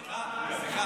סליחה.